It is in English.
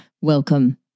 Welcome